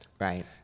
Right